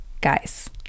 Guys